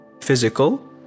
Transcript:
Physical